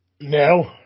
No